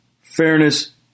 fairness